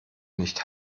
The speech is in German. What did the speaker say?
nicht